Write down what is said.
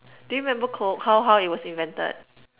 do you remember coke how how it was invented